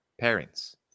parents